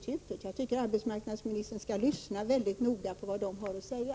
Nr 115 Jag tycker att arbetsmarknadsministern skall lyssna mycket noga på vad Torsdagen den Byggförbundet har att säga.